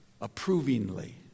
approvingly